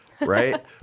right